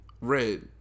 Red